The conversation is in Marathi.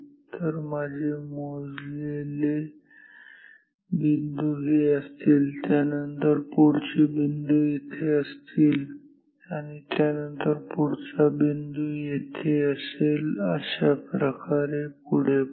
तर माझे मोजलेले बिंदू हे असतील त्यानंतर पुढचे बिंदू इथे असतील त्यानंतर पुढचा बिंदू येथे असेल अशाप्रकारे पुढे पुढे